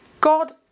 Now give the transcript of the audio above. God